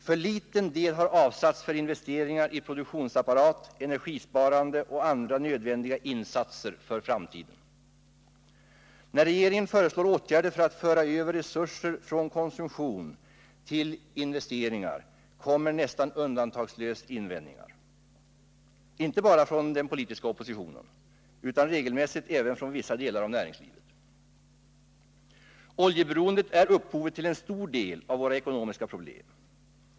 För liten del har avsatts för investeringar i produktionsapparat, energisparande och andra nödvändiga insatser för framtiden. När regeringen föreslår åtgärder för att föra över resurser från konsumtion till investeringar kommer nästan undantagslöst invändningar, inte bara från den politiska oppositionen utan regelmässigt även från vissa delar av näringslivet. Oljeberoendet är upphovet till en stor del av våra ekonomiska problem.